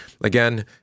again